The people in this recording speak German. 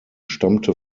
stammte